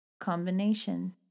combination